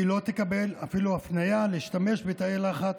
היא לא תקבל אפילו הפניה להשתמש בתאי לחץ,